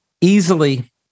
easily